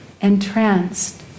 entranced